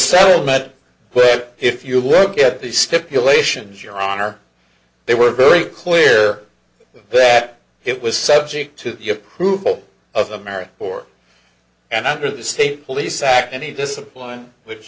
settlement but if you look at the stipulations your honor they were very clear that it was subject to the approval of the marriage four and under the state police act any discipline which